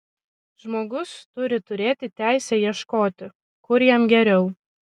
žmogus turi turėti teisę ieškoti kur jam geriau